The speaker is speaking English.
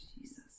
Jesus